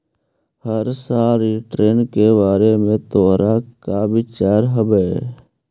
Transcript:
हर साल रिटर्न के बारे में तोहर का विचार हवऽ?